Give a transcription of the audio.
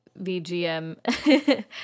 VGM